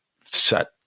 set